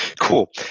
Cool